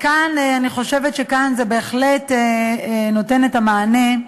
אני חושבת שכאן זה בהחלט נותן את המענה,